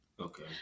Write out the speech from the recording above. okay